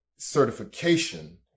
certification